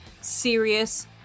serious